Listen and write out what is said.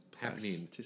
happening